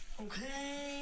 okay